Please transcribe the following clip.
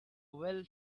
well